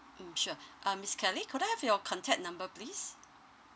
mm sure uh miss kelly could I have your contact number please